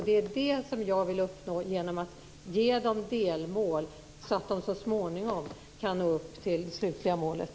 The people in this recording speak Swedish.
Det är det som jag vill uppnå genom att ge dem delmål så att de så småningom kan nå upp till det slutliga målet.